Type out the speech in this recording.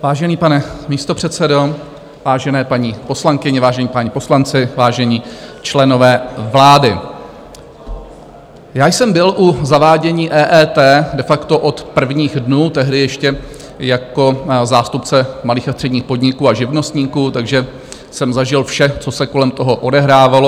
Vážený pane místopředsedo, vážené paní poslankyně, vážení páni poslanci, vážení členové vlády, já jsem byl u zavádění EET de facto od prvních dnů, tehdy ještě jako zástupce malých a středních podniků a živnostníků, takže jsem zažil vše, co se kolem toho odehrávalo.